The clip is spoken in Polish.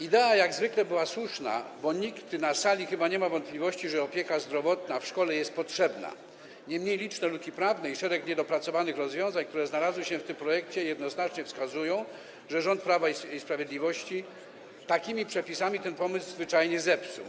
Idea jak zwykle był słuszna, bo chyba nikt na sali nie ma wątpliwości, że opieka zdrowotna w szkole jest potrzebna, niemniej liczne luki prawne i szereg niedopracowanych rozwiązań, które znalazły się w tym projekcie, jednoznacznie wskazują, że rząd Prawa i Sprawiedliwości takimi przepisami ten pomysł zwyczajnie zepsuł.